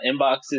inboxes